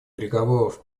переговоров